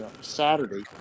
Saturday